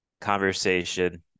conversation